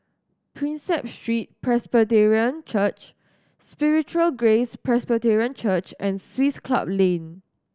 Prinsep Street Presbyterian Church Spiritual Grace Presbyterian Church and Swiss Club Lane